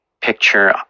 picture